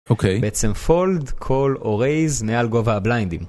אוקיי בעצם fold, call או raise מעל גובה הבליינדים.